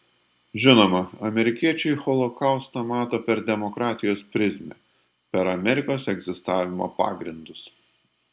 žinoma amerikiečiai holokaustą mato per demokratijos prizmę per amerikos egzistavimo pagrindus